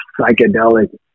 psychedelic